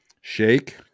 shake